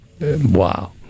wow